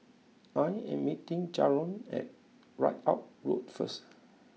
I am meeting Jaron at Ridout Road first